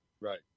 Right